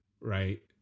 Right